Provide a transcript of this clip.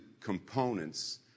components